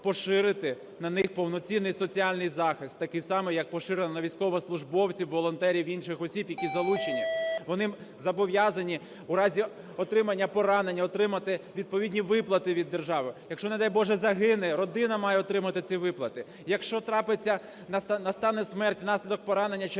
поширити на них повноцінний соціальний захист такий самий, як поширили на військовослужбовців, волонтерів, інших осіб, які залучені. Вони зобов'язані у разі отримання поранень отримати відповідні виплати від держави. Якщо, не дай Боже, загине, родина має отримати ці виплати. Якщо трапиться - настане смерть внаслідок поранення